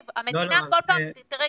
לא, לא --- רגע.